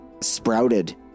sprouted